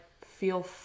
feel